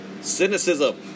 Cynicism